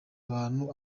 abantu